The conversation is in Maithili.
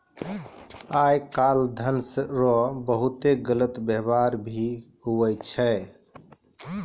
आय काल धन रो बहुते गलत वेवहार भी हुवै छै